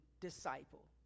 disciple